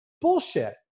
Bullshit